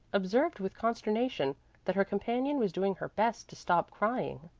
observed with consternation that her companion was doing her best to stop crying.